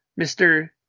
Mr